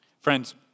Friends